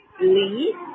Lee